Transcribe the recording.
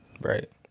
Right